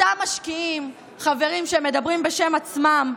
אותם משקיעים, חברים שמדברים בשם עצמם,